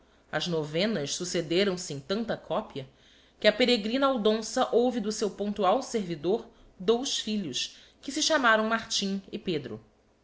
a sua as novenas succederam se em tanta copia que a peregrina aldonsa houve do seu pontual servidor dous filhos que se chamaram martim e pedro